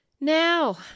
Now